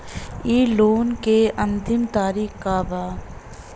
इ लोन के अन्तिम तारीख का बा?